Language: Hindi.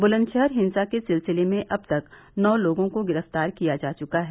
बुलंदशहर हिंसा के सिलसिले में अब तक नौ लोगों को गिरफ्तार किया जा चुका है